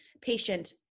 patient